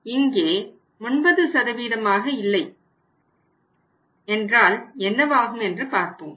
எனவே இங்கே 9 ஆக இல்லையென்றால் என்னவாகும் என்று பார்ப்போம்